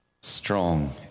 strong